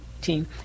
team